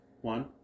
One